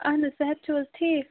اَہَن حظ صحت چھُو حظ ٹھیٖک